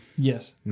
Yes